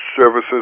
services